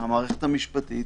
שהמערכת המשפטית